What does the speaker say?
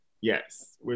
yes